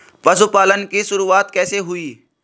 पशुपालन की शुरुआत कैसे हुई?